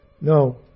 no